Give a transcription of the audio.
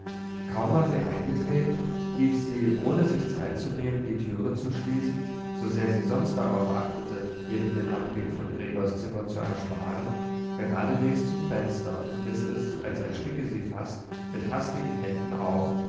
kaum war sie eingetreten lief sie ohne sich zeit zu nehmen die türe zu schließen so sehr sie sonst darauf achtete jedem den anblick von gregors zimmer zu ersparen geradewegs zum fenster und riß es als ersticke sie fast mit hastigen händen auf